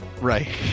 right